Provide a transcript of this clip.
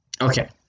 okay